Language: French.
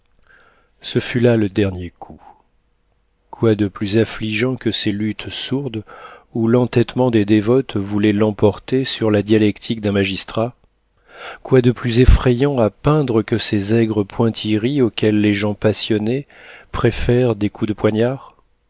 ce fut là le dernier coup quoi de plus affligeant que ces luttes sourdes où l'entêtement des dévotes voulait l'emporter sur la dialectique d'un magistrat quoi de plus effrayant à peindre que ces aigres pointilleries auxquelles les gens passionnés préfèrent des coups de poignard